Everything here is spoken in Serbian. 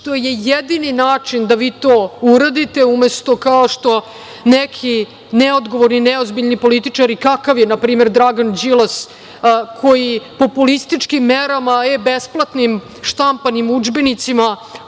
što je jedini način da vi to uradite, umesto kao što neki neodgovorni i neozbiljni političari, kakav je, na primer Dragan Đilas, koji populističkim merama, besplatnim štampanim udžbenicima